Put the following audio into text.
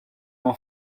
m’en